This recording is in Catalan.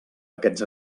aquests